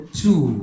two